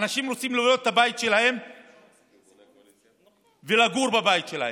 אנשים רוצים לבנות את הבית שלהם ולגור בבית שלהם.